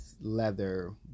leather